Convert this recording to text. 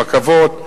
רכבות,